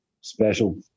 special